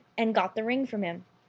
and got the ring from him.